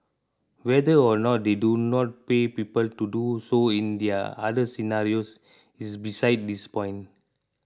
whether or not they do not pay people to do so in their other scenarios is besides this point